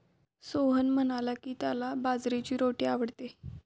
सोहन म्हणाला की, त्याला बाजरीची रोटी आवडते